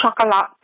chocolate